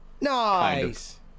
Nice